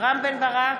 רם בן ברק,